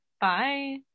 Bye